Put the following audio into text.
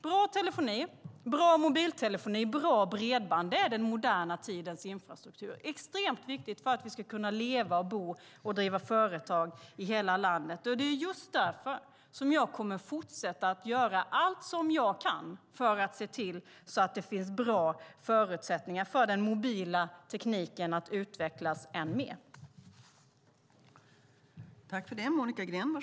Bra telefoni, bra mobiltelefoni och bra bredband är den moderna tidens infrastruktur. Det är extremt viktigt för att vi ska kunna leva, bo och driva företag i hela landet. Det är just därför som jag kommer att fortsätta att göra allt som jag kan för att se till att det finns bra förutsättningar för den mobila tekniken att utvecklas än mer.